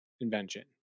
invention